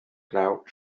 glaw